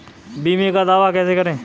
बीमे का दावा कैसे करें?